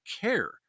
care